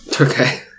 Okay